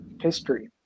history